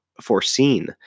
foreseen